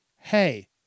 Hey